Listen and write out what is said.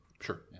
Sure